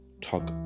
talk